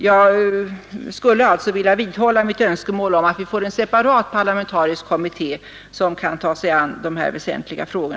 Jag skulle alltså vilja vidhålla mitt önskemål om att vi får en separat parlamentarisk kommitté, som kan ta sig an dessa väsentliga frågor.